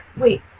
Wait